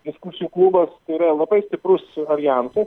diskusijų klubas tai yra labai stiprus aljansas